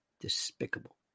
despicable